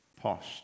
past